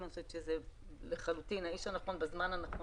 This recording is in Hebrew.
ואני חושבת שאתה לחלוטין האיש הנכון בזמן הנכון.